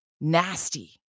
nasty